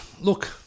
look